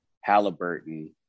Halliburton